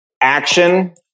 action